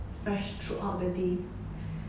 fresh throughout the day